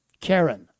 Karen